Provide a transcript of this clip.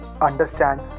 understand